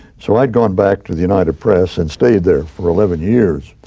so i had gone back to the united press and stayed there for eleven years.